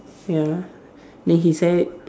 ya then his hair